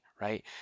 right